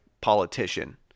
politician